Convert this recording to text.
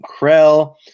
Krell